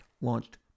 launched